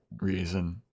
reason